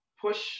push